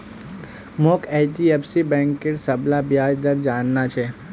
मोक एचडीएफसी बैंकेर सबला ब्याज दर जानना छ